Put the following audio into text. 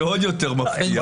זה עוד יותר מפתיע.